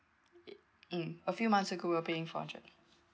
it mm a few months ago we were paying four hundred